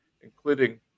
including